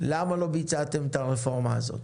למה לא ביצעתם את הרפורמה הזאת.